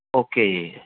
okay